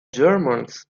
germans